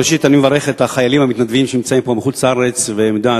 ראשית אני מברך את החיילים המתנדבים מחוץ-לארץ שנמצאים פה,